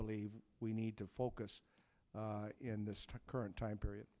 believe we need to focus in this current time period